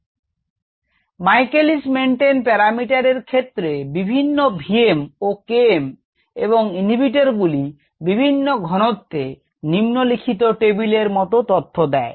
Michaelis Menten parameter এর ক্ষেত্রে বিভিন্ন V m ও K m এবং ইনহিবিটর গুলি বিভিন্ন ঘনত্বে নিম্নলিখিত টেবিলের মতো তথ্য দেয়